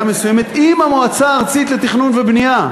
מסוימת אם המועצה הארצית לתכנון ובנייה,